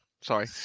Sorry